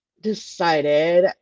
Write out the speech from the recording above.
decided